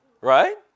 Right